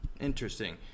Interesting